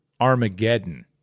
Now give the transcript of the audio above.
Armageddon